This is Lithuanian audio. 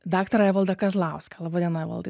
daktarą evaldą kazlauską laba diena evaldai